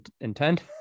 intent